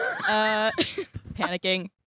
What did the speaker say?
Panicking